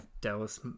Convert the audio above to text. Dallas